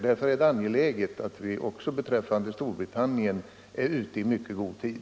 Därför är det angeläget att vi också beträffande Storbritannien är ute i mycket god tid.